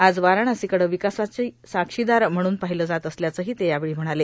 आज वाराणसीकडं विकासाची साक्षीदार म्हणून पाहिलं जात असल्याचही ते यावेळी म्हणाले